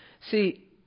See